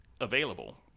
available